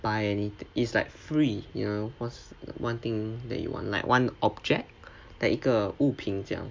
find anyth~ is like free you what's one thing that you want like one object like 一个物品这样